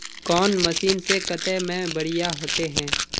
कौन मशीन से कते में बढ़िया होते है?